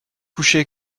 coucher